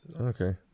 Okay